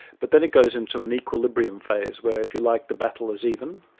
but then it goes into an equilibrium phase where, if you like, the battle is even.